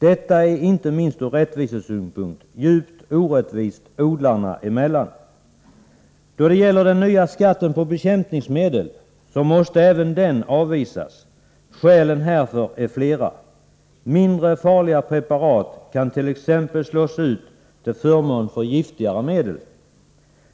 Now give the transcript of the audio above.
Detta skapar en djup orättvisa mellan de olika kategorierna av odlare. Även den nya skatten på bekämpningsmedel måste avvisas. Skälen härför är flera: Mindre farliga preparat kan t.ex. slås ut av giftigare medel.